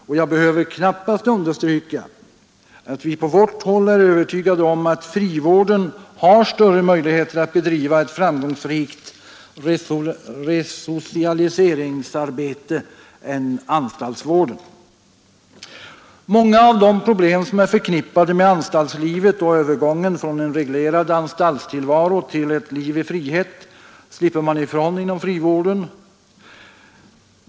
Och jag behöver kanppast understryka att vi på vårt håll är övertygade om att frivården har större möjligheter att bedriva ett framgångsrikt resocialiseringsarbete än anstaltsvården. Många av de problem som är förknippade med anstaltslivet och övergången från en reglerad anstaltstillvaro till ett liv i frihet slipper man ifrån inom frivården.